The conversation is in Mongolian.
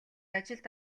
ажилд